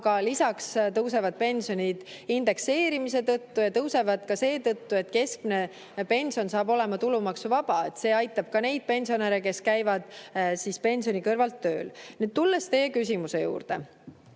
aga lisaks tõusevad pensionid indekseerimise tõttu ja tõusevad ka seetõttu, et keskmine pension saab olema tulumaksuvaba. See aitab ka neid pensionäre, kes käivad pensioni kõrvalt tööl. Tulen teie küsimuse juurde.